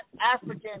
African